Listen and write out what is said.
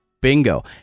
Bingo